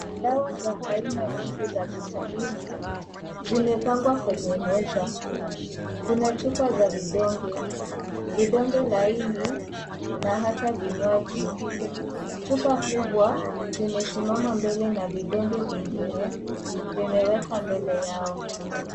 Dawa za aina nyingi za vitamini, zimepangwa kwenye meza. Kuna chupa za vidonge, vidonge laini na hata vinywaji. Chupa kubwa zimesimama mbele na vidonge vingine vimewekwa mbele yao.